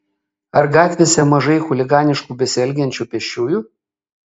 ar gatvėse mažai chuliganiškai besielgiančių pėsčiųjų